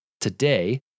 Today